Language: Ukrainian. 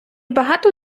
багато